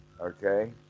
Okay